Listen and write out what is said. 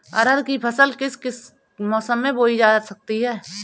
अरहर की फसल किस किस मौसम में बोई जा सकती है?